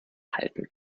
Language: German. halten